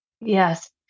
Yes